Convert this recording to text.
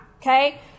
okay